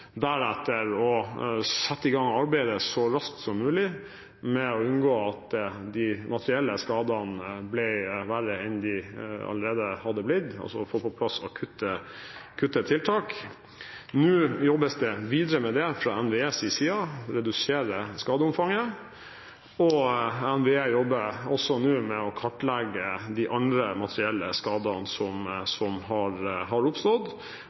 deretter så raskt som mulig å sette i gang arbeidet med å unngå at de materielle skadene ble verre enn de allerede hadde blitt, altså å få på plass akutte tiltak. Nå jobbes det fra NVEs side videre med å redusere skadeomfanget, og NVE jobber nå også med å kartlegge de andre materielle skadene som har oppstått.